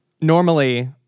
normally